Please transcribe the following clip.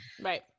Right